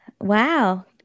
wow